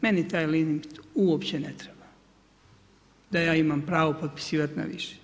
Meni taj limit uopće ne treba, da ja imam pravo potiskivati na više.